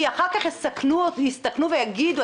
כי אחר הסתכנו ויגידו,